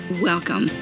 Welcome